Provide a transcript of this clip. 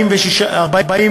46